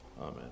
Amen